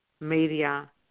media